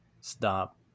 stop